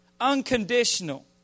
Unconditional